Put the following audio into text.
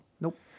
Nope